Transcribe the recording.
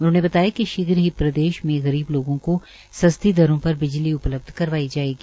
उन्होंने बताया कि प्रदेश में गरीब लोगों को सस्ती दरों पर बिजली उपलब्ध करवाई जायेगी